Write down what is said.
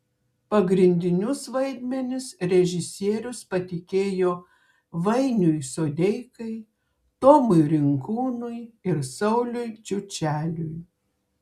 pagrindinius vaidmenis režisierius patikėjo vainiui sodeikai tomui rinkūnui ir sauliui čiučeliui